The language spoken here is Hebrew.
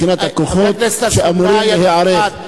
מבחינת הכוחות שאמורים להיערך.